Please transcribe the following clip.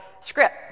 script